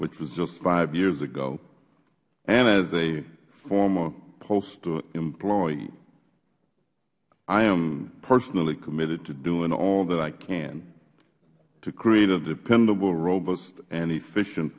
which was just five years ago and as a former postal employee i am personally committed to doing all that i can to create a dependable robust and efficient